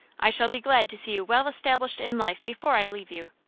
i shall be glad to see you well established in life before i leave you.